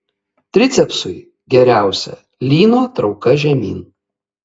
tricepsui geriausia lyno trauka žemyn